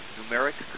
numeric